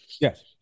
Yes